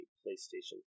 playstation